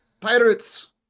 pirates